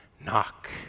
knock